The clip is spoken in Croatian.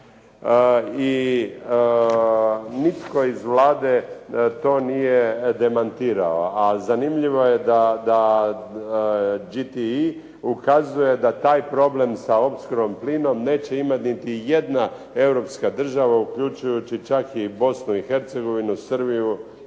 i nitko iz Vlade to nije demantirao, a zanimljivo je da GTE ukazuje da taj problem sa opskrbom plinom neće imati niti jedna europska država uključujući čak i Bosnu i Hercegovinu, Srbiju